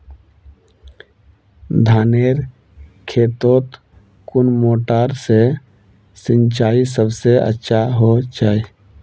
धानेर खेतोत कुन मोटर से सिंचाई सबसे अच्छा होचए?